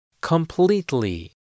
Completely